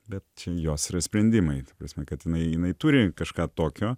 bet čia jos yra sprendimai ta prasme kad jinai jinai turi kažką tokio